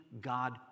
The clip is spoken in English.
God